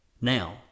Now